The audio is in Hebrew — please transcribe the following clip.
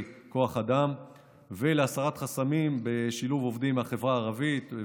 כוח אדם ועל הסרת חסמים בשילוב עובדים מהחברה הערבית.